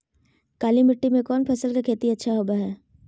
काली मिट्टी में कौन फसल के खेती अच्छा होबो है?